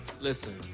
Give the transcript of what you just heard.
listen